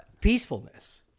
peacefulness